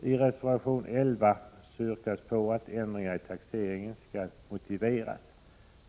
I reservation 11 yrkas på att ändringar i taxeringen skall motiveras.